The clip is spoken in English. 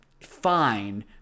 fine